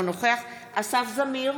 אינו נוכח אסף זמיר,